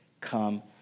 come